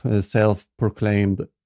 self-proclaimed